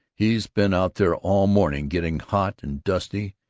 he's been out there all morning getting hot and dusty,